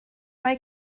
mae